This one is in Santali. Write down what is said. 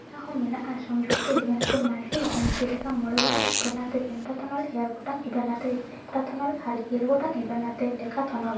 ᱱᱚᱣᱟ ᱪᱷᱟᱰᱟ ᱦᱚᱸ ᱢᱮᱱᱟᱜᱼᱟ ᱥᱚᱝᱡᱩᱠᱛᱚ ᱤᱵᱷᱮᱱᱴ ᱥᱮ ᱢᱟᱹᱞᱴᱤ ᱤᱵᱷᱮᱱᱴ ᱡᱮᱞᱮᱠᱟ ᱢᱚᱬᱮ ᱜᱚᱴᱟᱝ ᱤᱵᱷᱮᱱᱴ ᱟᱛᱮ ᱯᱮᱱᱴᱟᱛᱷᱚᱱᱚᱞ ᱮᱭᱟᱭ ᱜᱚᱴᱟᱝ ᱤᱵᱷᱮᱱᱴ ᱟᱛᱮᱫ ᱦᱮᱯᱴᱟᱛᱷᱚᱱᱚᱞ ᱟᱨ ᱜᱮᱞ ᱜᱚᱴᱟᱝ ᱤᱵᱷᱮᱱᱴ ᱟᱛᱮ ᱰᱮᱠᱟᱛᱷᱚᱱᱚᱞ